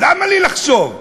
למה לי לחשוב?